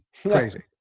crazy